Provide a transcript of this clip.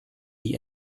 die